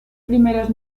primeras